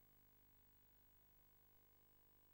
היא בחרה, היא